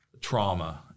trauma